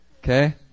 Okay